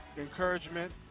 encouragement